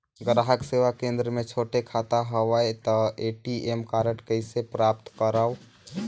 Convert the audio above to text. ग्राहक सेवा केंद्र मे छोटे खाता हवय त ए.टी.एम कारड कइसे प्राप्त करव?